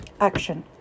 action